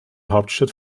hauptstadt